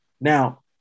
Now